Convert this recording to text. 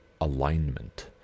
alignment